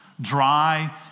dry